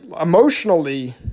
emotionally